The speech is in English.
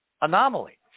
anomaly